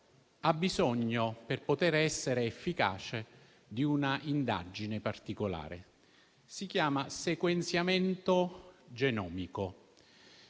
ha bisogno, per essere efficace, di un'indagine particolare che si chiama sequenziamento genomico.